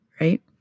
Right